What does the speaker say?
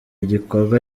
igikorwa